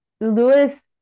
lewis